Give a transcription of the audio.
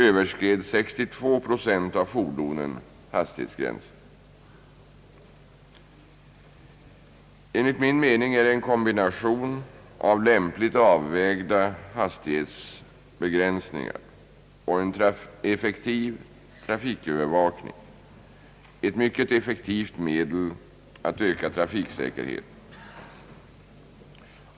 överskred 62 procent av fordonen hastighetsgränsen. Enligt min mening är en kombination av lämpligt avvägda hastighetsbegränsningar och effektiv trafikövervakning ett mycket effektivt medel att öka trafiksäkerheten.